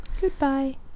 Goodbye